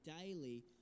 daily